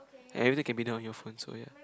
everything can be done on your phone so ya